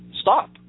stop